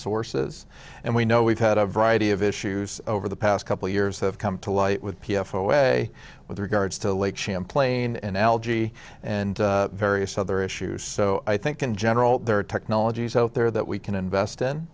sources and we know we've had a variety of issues over the past couple of years have come to light with p f away with regards to lake champlain and algae and various other issues so i think in general there are technologies out there that we can invest in